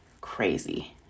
crazy